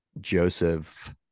Joseph